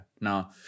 Now